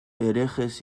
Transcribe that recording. herejes